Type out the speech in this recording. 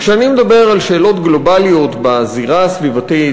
כשאני מדבר על שאלות גלובליות בזירה הסביבתית,